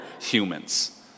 humans